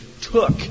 took